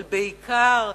אבל בעיקר,